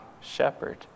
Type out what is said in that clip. shepherd